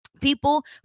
People